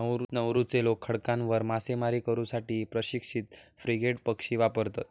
नौरूचे लोक खडकांवर मासेमारी करू साठी प्रशिक्षित फ्रिगेट पक्षी वापरतत